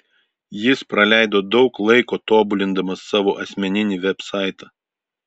jis praleido daug laiko tobulindamas savo asmeninį vebsaitą